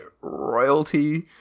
royalty